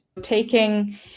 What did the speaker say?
taking